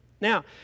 now